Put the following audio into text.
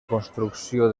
construcció